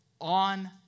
on